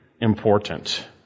important